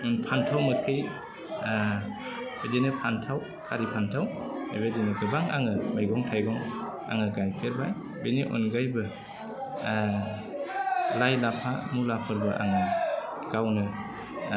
फान्थाव मोखि बिदिनो फान्थाव खारि फान्थाव बेबायदिनो गोबां आङो मैगं थाइगं आङो गायफेरबाय बेनि अनगायैबो लाइ लाफा मुलाफोरबो आं गावनो